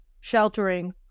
sheltering